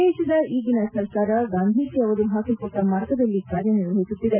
ದೇಶದ ಈಗಿನ ಸರ್ಕಾರ ಗಾಂಧೀಜಿ ಅವರು ಪಾಕಿಕೊಟ್ಟ ಮಾರ್ಗದಲ್ಲಿ ಕಾರ್ಯನಿರ್ವಹಿಸುತ್ತಿದೆ